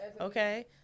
okay